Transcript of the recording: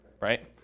right